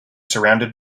surrounded